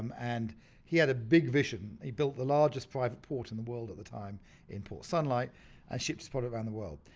um and he had a big vision. he built the largest private port in the world at the time in port sunlight and ah ships poured around the world.